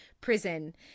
prison